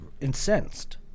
incensed